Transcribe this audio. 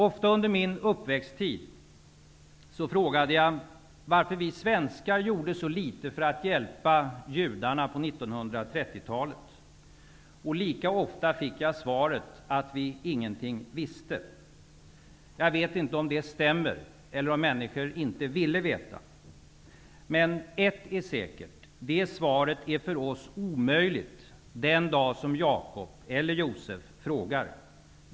Ofta under min uppväxttid frågade jag varför vi svenskar gjorde så litet för att hjälpa judarna på 1930-talet. Och lika ofta fick jag svaret att vi ingenting visste. Jag vet inte om det stämmer eller om människor inte ville veta. Men ett är säkert: Det svaret är för oss omöjligt den dag Jacob eller Josef frågar.